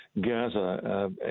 Gaza